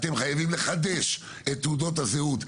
אתם חייבים לחדש את תעודות הזהות,